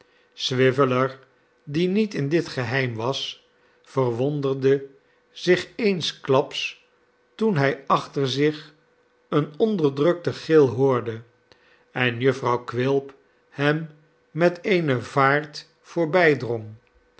swiveller die niet in dit geheim was verwonderde zich eensklaps toen hij achter zich een onderdrukten gil hoorde en jufvrouw quilp hem met eene vaart